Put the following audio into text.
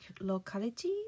locality